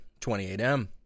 28M